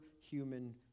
human